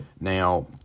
now